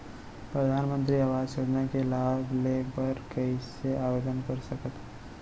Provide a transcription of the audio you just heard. परधानमंतरी आवास योजना के लाभ ले बर कइसे आवेदन कर सकथव?